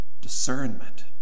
discernment